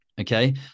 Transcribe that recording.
Okay